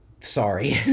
sorry